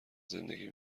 زندگی